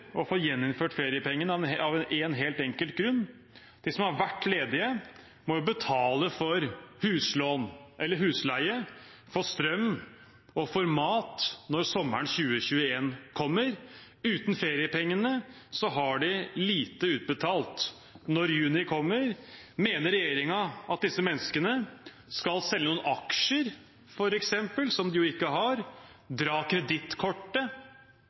få gjeninnført feriepengene av en helt enkel grunn: De som har vært ledige, må jo betale for huslån eller husleie, for strøm og for mat når sommeren 2021 kommer. Uten feriepengene har de lite utbetalt. Når juni kommer, mener regjeringen at disse menneskene skal selge noen aksjer, som de ikke har, dra kredittkortet,